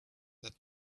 that